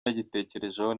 nagitekerejeho